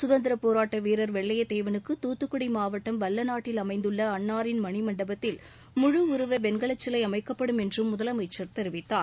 சுதந்திர போராட்ட வீரர் வெள்ளையத் தேவனுக்கு தூத்துக்குடி மாவட்டம் வல்ல நாட்டில் அமைந்துள்ள அன்னாரின் மணிமண்டபத்தில் முழு உருவ வெண்கலச் சிலை அமைக்கப்படும் என்றும் முதலமைச்சர் தெரிவித்தார்